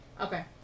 Okay